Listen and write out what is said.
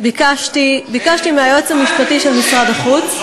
ביקשתי מהיועץ המשפטי של משרד החוץ,